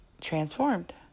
transformed